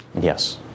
Yes